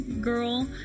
girl